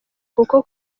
kuko